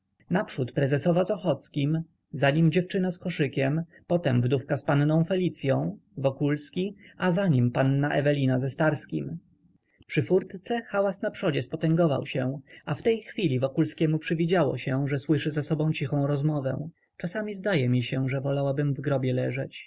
naprzód prezesowa z ochockim za nimi dziewczyna z koszykiem potem wdówka z panną felicyą wokulski a za nim panna ewelina ze starskim przy furtce hałas na przodzie spotęgował się a w tej chwili wokulskiemu przywidziało się że słyszy za sobą cichą rozmowę czasem zdaje mi się że wolałabym w grobie leżeć